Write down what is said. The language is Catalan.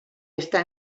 està